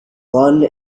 one